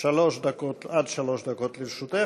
עד שלוש דקות לרשותך.